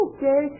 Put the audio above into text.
Okay